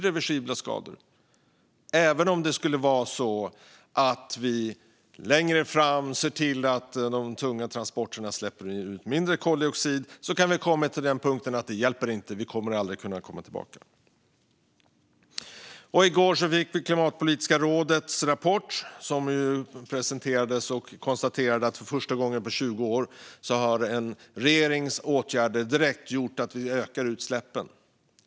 Det gäller även om det skulle vara så att man längre fram ser till att de tunga transporterna släpper ut mindre koldioxid. Man kan då redan ha kommit till den tidpunkt då det inte längre hjälper och man aldrig kan komma tillbaka. I går kom Klimatpolitiska rådets rapport. Där konstateras att för första gången på 20 år har en regerings åtgärder gjort att utsläppen ökar.